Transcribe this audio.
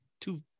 two